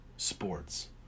sports